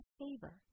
favor